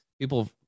people